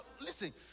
Listen